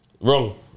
Wrong